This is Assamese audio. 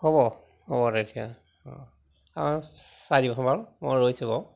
হ'ব হ'ব তেতিয়া অঁ অঁ চাই দিবচোন বাৰু মই ৰৈছোঁ বাৰু